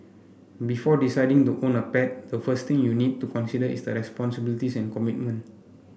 before deciding to own a pet the first thing you need to consider is the responsibilities and commitment